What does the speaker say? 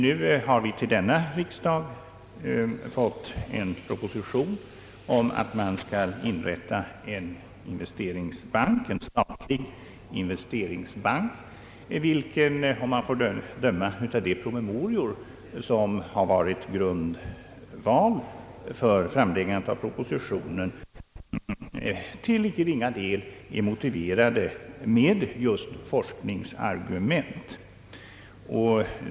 Nu har vi till denna riksdag fått en proposition med förslag om inrättande av en statlig investeringsbank, vilken -— om man får döma av de promemorior som har utgjort grundval för framläggandet av propositionen — till inte ringa del är motiverad just med forskningsargument.